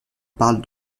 parle